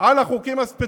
על החוקים הספציפיים,